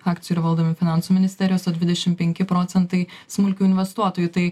akcijų yra valdomi finansų ministerijos o dvidešim penki procentai smulkių investuotojų tai